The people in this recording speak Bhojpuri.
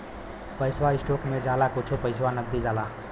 पैसवा स्टोक मे जाला कुच्छे पइसा नगदी जाला